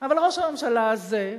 אבל ראש הממשלה הזה,